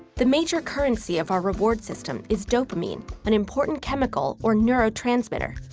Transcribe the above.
the major currency of our reward system is dopamine, an important chemical or neurotransmitter.